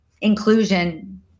inclusion